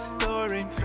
Story